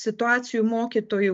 situacijų mokytojų